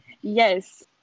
yes